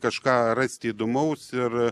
kažką rasti įdomaus ir